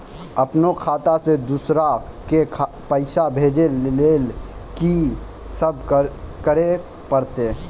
अपनो खाता से दूसरा के पैसा भेजै लेली की सब करे परतै?